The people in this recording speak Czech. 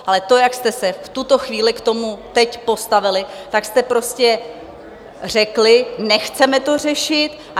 Ale to, jak jste se v tuto chvíli k tomu teď postavili, tak jste prostě řekli: Nechceme to řešit.